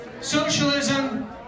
socialism